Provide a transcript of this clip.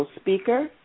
speaker